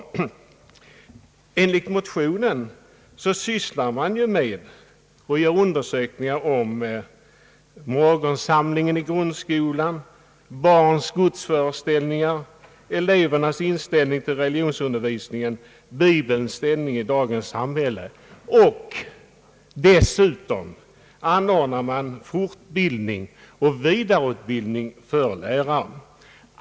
Enligt motionen sysslar Religionspedagogiska institutet med undersökningar om morgonsamlingen i grundskolan, barns gudsföreställningar, elevernas inställning till religionsundervisning, bibelns ställning i dagens samhälle. Dessutom anordnar man fortbildning och vidareutbildning för lärare.